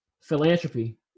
Philanthropy